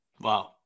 Wow